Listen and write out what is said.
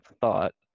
thought